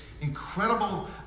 incredible